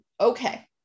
okay